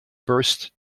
burst